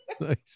nice